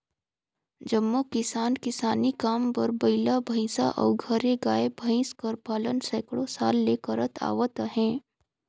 जम्मो किसान किसानी काम बर बइला, भंइसा अउ घरे गाय, भंइस कर पालन सैकड़ों साल ले करत आवत अहें